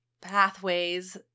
pathways